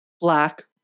black